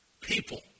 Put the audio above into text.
people